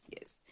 yes